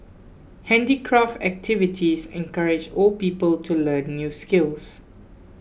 handicraft activities encourage old people to learn new skills